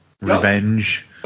revenge